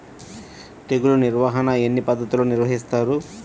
తెగులు నిర్వాహణ ఎన్ని పద్ధతులలో నిర్వహిస్తారు?